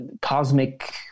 cosmic